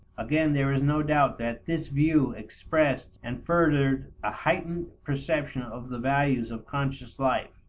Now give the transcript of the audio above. again there is no doubt that this view expressed and furthered a heightened perception of the values of conscious life,